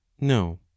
no